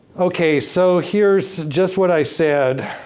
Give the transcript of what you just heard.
okay so, here's just what i said.